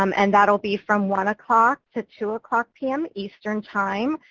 um and that'll be from one o'clock to two o'clock p m. eastern time.